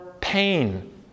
pain